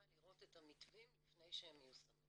לראות את המתווים לפני שהם מיושמים.